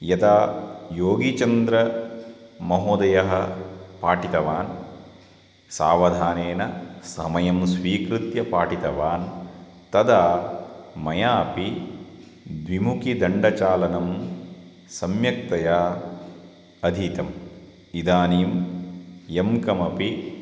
यदा योगीचन्द्रमहोदयः पाठितवान् सावधानेन समयं स्वीकृत्य पाठितवान् तदा मयापि द्विमुखीदण्डचालनं सम्यक्तया अधीतम् इदानीं यं कमपि